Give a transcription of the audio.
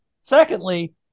Secondly